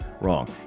wrong